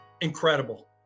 incredible